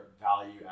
value